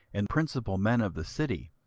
and principal men of the city,